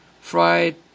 fried